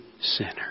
sinner